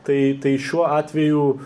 tai tai šiuo atveju